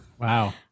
Wow